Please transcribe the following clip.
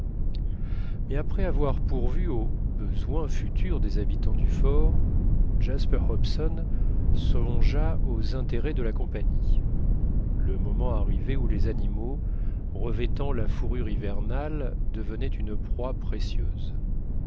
mais après avoir pourvu aux besoins futurs des habitants du fort jasper hobson songea aux intérêts de la compagnie le moment arrivait où les animaux revêtant la fourrure hivernale devenaient une proie précieuse